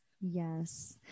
Yes